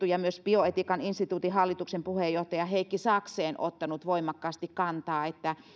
ja myös bioetiikan instituutin hallituksen puheenjohtaja heikki saxen ottaneet voimakkaasti kantaa että